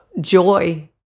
joy